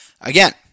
Again